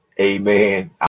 Amen